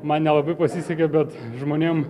man nelabai pasisekė bet žmonėm